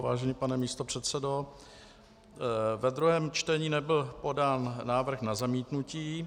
Vážený pane místopředsedo, ve druhém čtení nebyl podán návrh na zamítnutí.